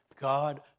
God